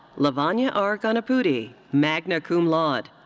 lavanya r. garnepudi, magna cum laude.